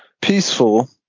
peaceful